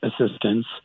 assistance